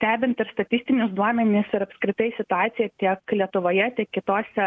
stebint ir statistinius duomenis ir apskritai situaciją tiek lietuvoje tiek kitose